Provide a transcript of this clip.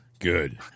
Good